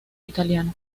italiano